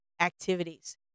activities